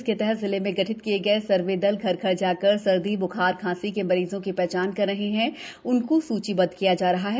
इसके तहत जिले में गठित किये गये सर्वे दल घर घर जाकर सर्दी ब्खार खांसी के मरीजों की पहचान कर रहे हैं तथा उनको सूचीबद्व किया जा रहा है